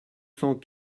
cent